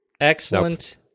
excellent